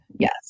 Yes